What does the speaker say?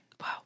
Wow